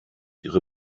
ihre